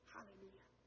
Hallelujah